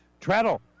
Treadle